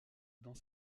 dans